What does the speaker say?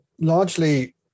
largely